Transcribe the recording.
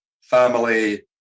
family